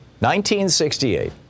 1968